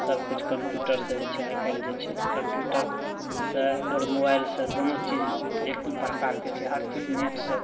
सबकिछु कम्प्यूटरसँ होइ छै आइकाल्हि जे छै कम्प्यूटरसँ आओर मोबाइलसँ दुनू चीज एक ही प्रकारके छै हर चीज नेटसँ